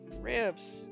ribs